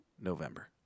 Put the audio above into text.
November